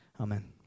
Amen